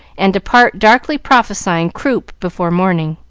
and depart, darkly prophesying croup before morning.